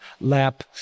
lap